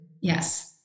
yes